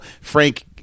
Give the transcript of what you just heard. Frank